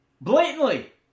Blatantly